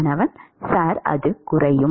மாணவன் சார் குறைகிறது